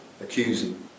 Accusing